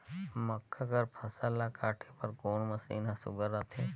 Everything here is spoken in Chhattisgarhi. मक्का कर फसल ला काटे बर कोन मशीन ह सुघ्घर रथे?